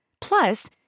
Plus